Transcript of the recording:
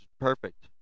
perfect